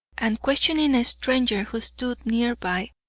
and questioning a stranger, who stood nearby,